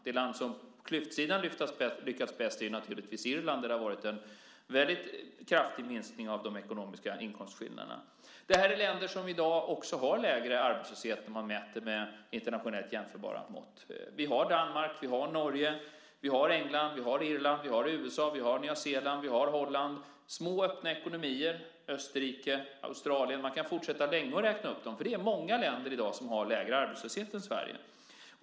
Det land som lyckats bäst med klyftorna är naturligtvis Irland, där det har varit en väldigt kraftig minskning av de ekonomiska inkomstskillnaderna. Det är länder som i dag också har lägre arbetslöshet om man mäter med internationellt jämförbara mått. Vi har Danmark, Norge, England, Irland, USA, Nya Zeeland, Holland, små öppna ekonomier, Österrike och Australien. Man kan fortsätta länge med att räkna upp dem. Det är i dag många länder som har lägre arbetslöshet än Sverige.